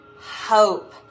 Hope